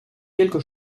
quelque